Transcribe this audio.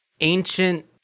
ancient